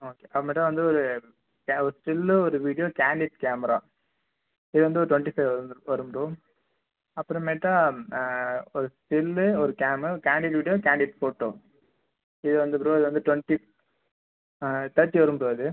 okay அது மாட்டம் வந்து ஒரு கே ஒரு ஸ்டில்லு ஒரு வீடியோ கேண்டிட் கேமரா இது வந்து ஒரு டுவெண்ட்டி ஃபைவ் வந் வரும் ப்ரோ அப்புறமேட்டா ஒரு ஸ்டில்லு ஒரு கேமு கேண்டிட் வீடியோ கேண்டிட் ஃபோட்டோ இது வந்து ப்ரோ இது வந்து டுவெண்ட்டி தேர்ட்டி வரும் ப்ரோ இது